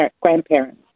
grandparents